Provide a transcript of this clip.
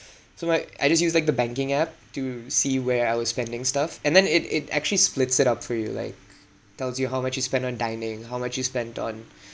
so I I just use like the banking app to see where I was spending stuff and then it it actually splits it up for you like tells you how much you spent on dining how much you spent on